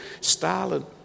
Stalin